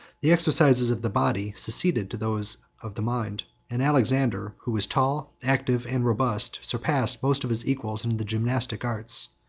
the exercises of the body succeeded to those of the mind and alexander, who was tall, active, and robust, surpassed most of his equals in the gymnastic arts.